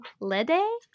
Lede